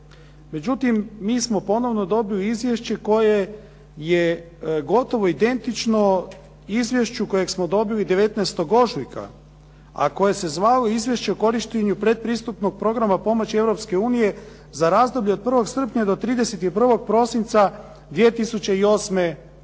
Međutim, mi smo dobili ponovno izvješće koje je gotovo identično izvješću koje smo dobili 19. ožujka a koje se zvalo Izvješće o korištenju predpristupnog programa pomoći Europske unije za razdoblje od 1. srpnja do 31. prosinca 2008. godine.